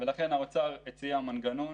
לכן האוצר הציע מנגנון